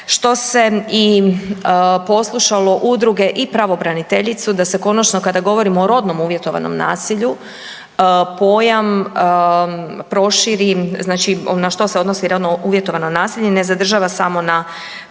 što se i poslušalo udruge i pravobraniteljicu da se konačno, kada govorimo o rodno uvjetovanom nasilju, pojam proširi, znači, na što se odnosi rodno uvjetovano nasilje, ne zadržava samo na